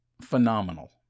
phenomenal